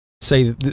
Say